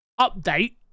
update